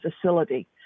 facility